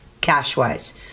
cash-wise